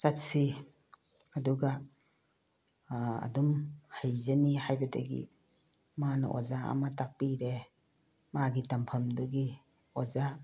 ꯆꯠꯁꯤ ꯑꯗꯨꯒ ꯑꯗꯨꯝ ꯍꯩꯖꯅꯤ ꯍꯥꯏꯕꯗꯒꯤ ꯃꯥꯅ ꯑꯣꯖꯥ ꯑꯃ ꯇꯥꯛꯄꯤꯔꯦ ꯃꯥꯒꯤ ꯇꯝꯐꯝꯗꯨꯒꯤ ꯑꯣꯖꯥ